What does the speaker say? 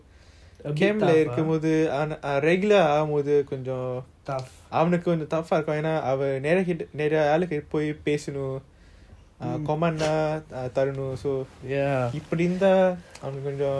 கொஞ்சம் அவனுக்கு கொஞ்சம்:konjam avanuku konjam tough eh இருக்கும் என்ன அவன் நெறய ஆளுங்க கிட்ட பொய் பேசணும்:irukum enna avan neraya aalunga kita poi pesanum command lah தரணும் இப்பிடி இருந்த அவனுக்கு கஷ்டமா இருக்கும்:tharanum ipidi iruntha avanuku kastama irukum